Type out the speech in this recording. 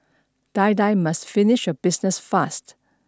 die die must finish your business fast